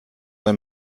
ein